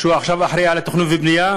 הוא עכשיו אחראי על התכנון והבנייה,